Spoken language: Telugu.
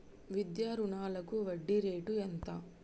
విద్యా రుణాలకు వడ్డీ రేటు ఎంత?